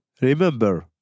Remember